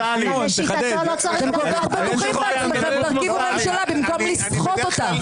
--- אם אתם בטוחים בעצמכם תרכיבו ממשלה במקום לסחוט אותה.